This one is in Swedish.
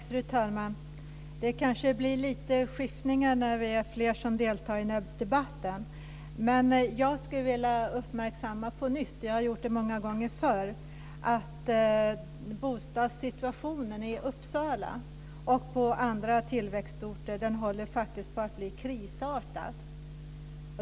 Fru talman! Det kanske blir lite skiftningar när vi är fler som deltar i debatten. Jag skulle på nytt - och jag har gjort det många gånger förr - vilja uppmärksamma att bostadssituationen i Uppsala och i andra tillväxtorter håller på att bli krisartad.